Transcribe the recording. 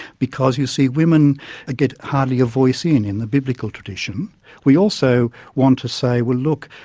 because you see women get hardly a voice in, in the biblical tradition. we also want to say, well look,